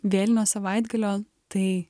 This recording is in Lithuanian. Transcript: vėlinio savaitgalio tai